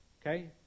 okay